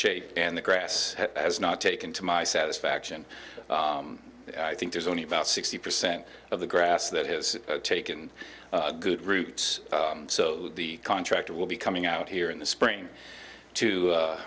shape and the grass has not taken to my satisfaction i think there's only about sixty percent of the grass that has taken good roots so the contractor will be coming out here in the spring to